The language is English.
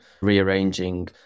rearranging